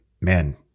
man